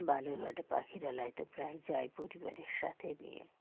বালুর ঘাটে পাখিরালয়তে প্রায় যাই পরিবারের সাথে নিয়ে